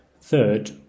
Third